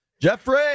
Jeffrey